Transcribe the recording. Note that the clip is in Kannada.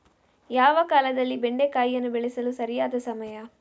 ಯಾವ ಕಾಲದಲ್ಲಿ ಬೆಂಡೆಕಾಯಿಯನ್ನು ಬೆಳೆಸಲು ಸರಿಯಾದ ಸಮಯ?